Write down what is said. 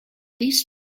this